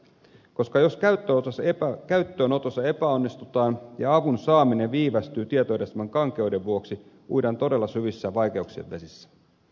sillä jos käyttöönotossa epäonnistutaan ja avun saaminen viivästyy tietojärjestelmän kankeuden vuoksi uidaan todella syvissä vaikeuksien vesissä